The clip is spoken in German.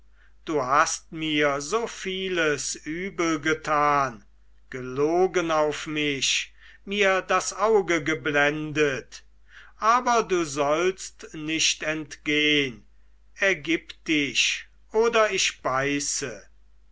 du hast mir so vieles übel getan gelogen auf mich mir das auge geblendet aber du sollst nicht entgehn ergib dich oder ich beiße